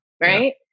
Right